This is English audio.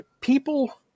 people